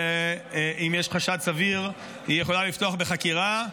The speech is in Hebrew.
אם יש חשד סביר, המשטרה יכולה לפתוח בחקירה.